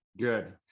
good